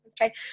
Okay